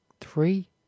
three